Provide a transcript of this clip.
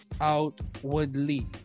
outwardly